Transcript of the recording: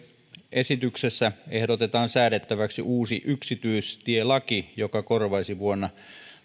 esityksessä ehdotetaan säädettäväksi uusi yksityistielaki joka korvaisi vuonna